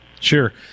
Sure